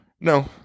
No